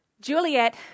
Juliet